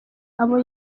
abo